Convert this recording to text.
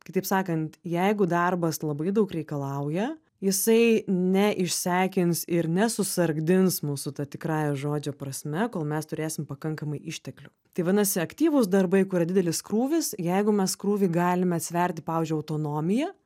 kitaip sakant jeigu darbas labai daug reikalauja jisai neišsekins ir ne susargdins mūsų ta tikrąja žodžio prasme kol mes turėsim pakankamai išteklių tai vadinasi aktyvūs darbai kur didelis krūvis jeigu mes krūvį galime atsverti pavyzdžiui autonomija